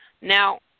Now